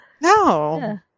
No